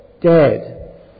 dead